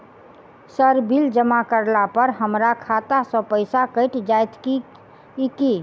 Sir bill जमा करला पर हमरा खाता सऽ पैसा कैट जाइत ई की?